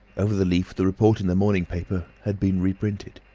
over the leaf the report in the morning paper had been reprinted.